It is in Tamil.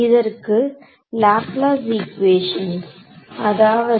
இதற்கு லாப்லாஸ் சமன்பாடு அதாவது